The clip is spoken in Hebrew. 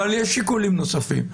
אבל יש שיקולים נוספים.